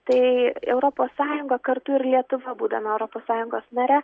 tai europos sąjunga kartu ir lietuva būdama europos sąjungos nare